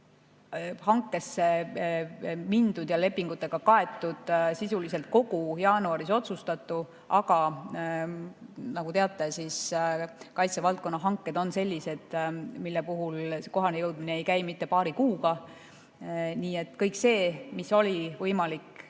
on hankesse mindud ja lepingutega kaetud sisuliselt kogu jaanuaris otsustatu. Aga nagu te teate, kaitsevaldkonna hanked on sellised, mille puhul kohalejõudmine ei käi mitte paari kuuga. Ent kõik see, mis oli võimalik